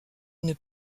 une